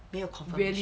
没有 confirmation